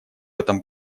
этом